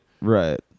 Right